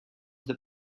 that